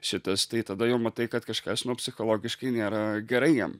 šitas tai tada jau matai kad kažkas nu psichologiškai nėra gerai jiem